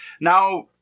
Now